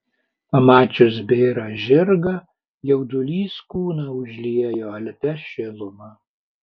pamačius bėrą žirgą jaudulys kūną užliejo alpia šiluma